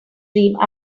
dream